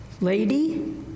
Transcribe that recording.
Lady